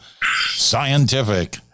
scientific